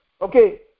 Okay